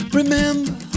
remember